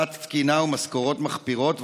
תת-תקינה ומשכורות מחפירות,